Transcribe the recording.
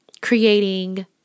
creating